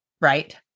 right